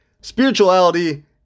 spirituality